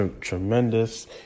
tremendous